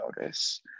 notice